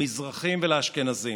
למזרחים ולאשכנזים,